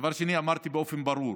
דבר שני, אמרתי באופן ברור